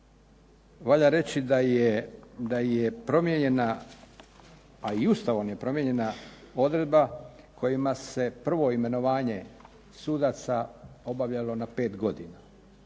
valja reći da je promijenjena, a i Ustavom je promijenjena odredba kojom se prvo imenovanje sudaca obavljalo na pet godina.